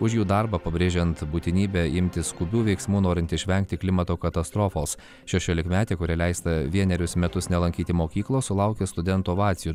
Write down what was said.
už jų darbą pabrėžiant būtinybę imtis skubių veiksmų norint išvengti klimato katastrofos šešiolikmetė kuriai leista vienerius metus nelankyti mokyklos sulaukia studentų ovacijų